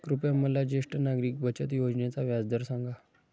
कृपया मला ज्येष्ठ नागरिक बचत योजनेचा व्याजदर सांगा